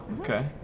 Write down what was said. okay